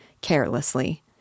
carelessly